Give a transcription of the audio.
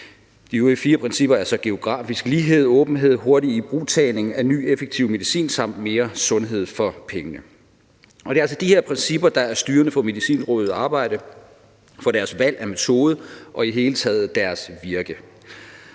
De øvrige fire principper er så geografisk lighed, åbenhed, hurtig ibrugtagning af ny, effektiv medicin samt mere sundhed for pengene. Og det er altså de her principper, der er styrende for Medicinrådets arbejde og for deres valg af metode og i det hele taget deres virke.